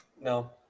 No